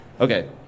Okay